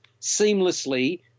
seamlessly